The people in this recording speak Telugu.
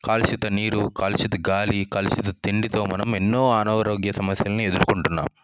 కలుషిత నీరు కలుషిత గాలి కలుషిత తిండితో మనం ఎన్నో అనారోగ్య సమస్యలని ఎదురుకుంటున్నాం